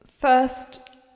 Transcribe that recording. first